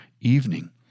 evening